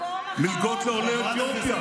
מקום אחרון, מלגות לעולי אתיופיה.